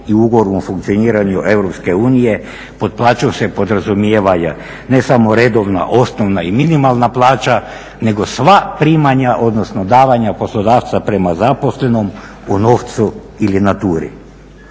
u ugovornom funkcioniranju Europske unije pod plaćom se podrazumijeva ne samo redovna, osnovna i minimalna plaća nego sva primanja, odnosno davanja poslodavca prema zaposlenom u novcu ili naturi.